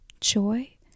joy